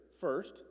first